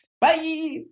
Bye